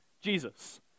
Jesus